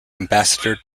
ambassador